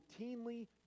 routinely